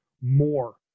more